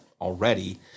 already